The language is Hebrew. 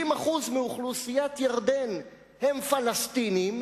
70% מאוכלוסיית ירדן הם פלסטינים.